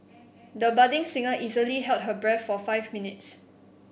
the budding singer easily held her breath for five minutes